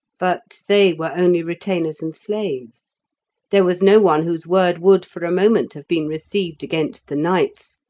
but they were only retainers and slaves there was no one whose word would for a moment have been received against the knight's,